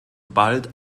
bald